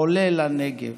עולה לנגב.